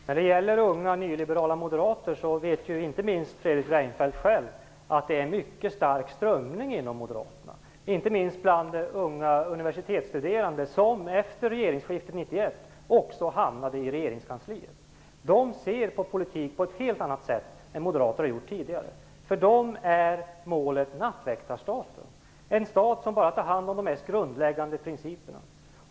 Herr talman! Fredrik Reinfeldt vet själv att det finns en mycket stark nyliberal strömning inom Moderaterna. Den fanns inte minst bland de unga universitetsstuderande som efter regeringsskiftet 1991 hamnade i regeringskansliet. De ser på politiken på ett helt annat sätt än vad tidigare moderater har gjort. För dessa moderater är målet att det skall bli en nattväktarstat, en stat som bara tar hand om de mest grundläggande principerna.